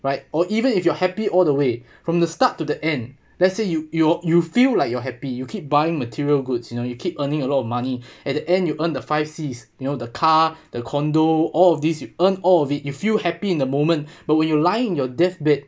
right or even if you're happy all the way from the start to the end let's say you you you feel like you're happy you keep buying material goods you know you keep earning a lot of money at the end you earn the five cs you know the car the condo all of these you earn all of it you feel happy in the moment but when you lying your deathbed